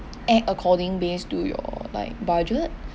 act according base to your like budget